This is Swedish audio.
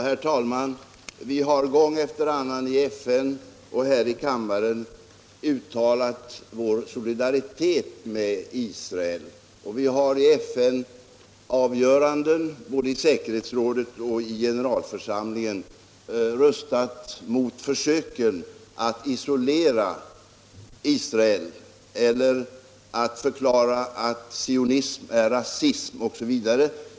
Herr talman! Vi har gång efter annan i FN och här i kammaren uttalat vår solidaritet med Israel, och vi har i FN-avgöranden, både i säkerhetsrådet och i generalförsamlingen, röstat mot försöken att isolera Israel, att förklara att sionism är rasism, osv.